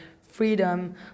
freedom